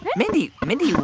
mindy, mindy,